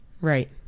Right